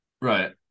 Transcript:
right